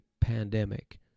pandemic